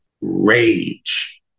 rage